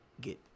get